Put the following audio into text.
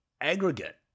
aggregate